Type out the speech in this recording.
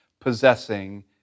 possessing